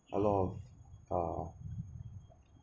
a lot of uh